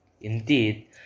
Indeed